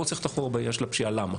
רוצה ללכת אחורה בעניין של הפשיעה למה.